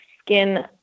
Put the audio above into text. skin